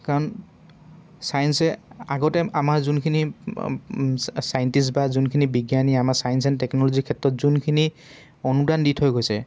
কাৰণ চাইন্সে আগতে আমাৰ যোনখিনি চাইন্টিষ্ট বা যোনখিনি বিজ্ঞানী আমাৰ চায়েন্স এণ্ড টেকনলজিৰ ক্ষেত্ৰত যোনখিনি অনুদান দি থৈ গৈছে